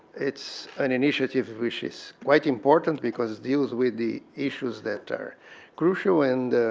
it's an initiative which is quite important because deals with the issues that are crucial and